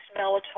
melatonin